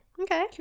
Okay